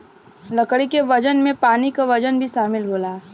लकड़ी के वजन में पानी क वजन भी शामिल होला